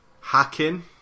Hacking